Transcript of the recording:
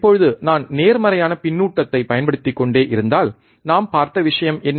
இப்போது நான் நேர்மறையான பின்னூட்டத்தைப் பயன்படுத்திக்கொண்டே இருந்தால் நாம் பார்த்த விஷயம் என்ன